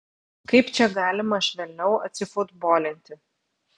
kaip čia galima švelniau atsifutbolinti